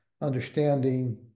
understanding